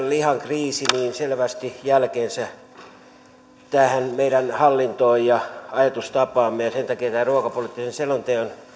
lihan kriisi tulee jättämään selvästi jälkensä meidän hallintoomme ja ajatustapaamme ja sen takia ruokapoliittisen selonteon